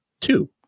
two